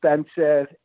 expensive